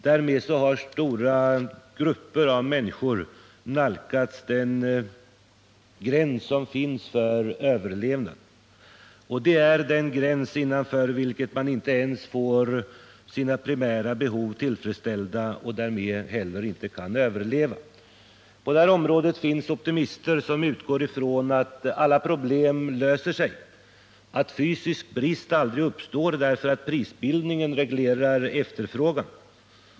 Därmed har stor grupper av människor nalkats gränsen för överlevnad. Det är den gräns innanför vilken man inte ens får sina primära behov tillfredsställda och därmed inte heller kan överleva. På det här området finns optimister som utgår från att alla problem löser sig, att fysisk brist aldrig uppstår därför att prisbildningen reglerar efterfrågan.